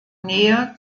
nähe